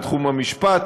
בתחום המשפט,